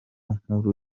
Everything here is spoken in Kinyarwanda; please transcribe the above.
nkuru